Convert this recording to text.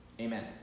Amen